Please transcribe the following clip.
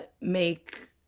make